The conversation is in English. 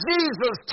Jesus